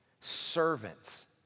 Servants